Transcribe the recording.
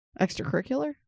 extracurricular